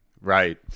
Right